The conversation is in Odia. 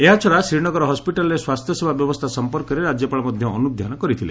ଏହାଛଡ଼ା ଶ୍ରୀନଗର ହସ୍କିଟାଲ୍ରେ ସ୍ୱାସ୍ଥ୍ୟସେବା ବ୍ୟବସ୍ଥା ସମ୍ପର୍କରେ ରାଜ୍ୟପାଳ ମଧ୍ୟ ଅନୁଧ୍ୟାନ କରିଥିଲେ